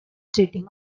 cheating